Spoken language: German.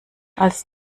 als